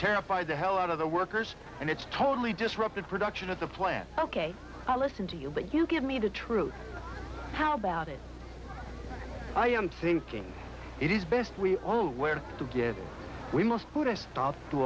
terrify the hell out of the workers and it's totally disrupted production of the plant ok i'll listen to you but you give me the truth how about it i am thinking it is best we all wear together we must put a stop to